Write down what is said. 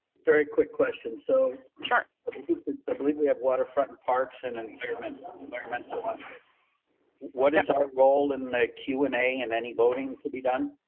very quick question, so sure. i believe we have water front and parks and environment. environmental. what what is our role in the q and a, and any voting to be done.